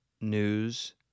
news